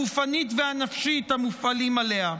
הגופנית והנפשית המופעלים עליה.